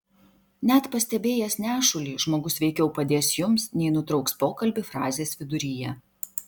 net pastebėjęs nešulį žmogus veikiau padės jums nei nutrauks pokalbį frazės viduryje